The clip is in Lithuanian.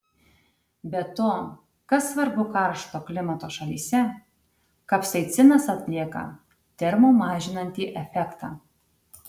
be to kas svarbu karšto klimato šalyse kapsaicinas atlieka termo mažinantį efektą